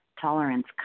tolerance